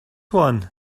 one